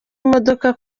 imodoka